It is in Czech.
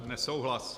Nesouhlas.